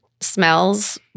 smells